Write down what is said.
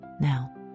now